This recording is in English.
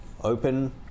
open